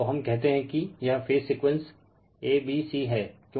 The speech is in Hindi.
तो हम कहते हैं कि यह phase sequence a b c है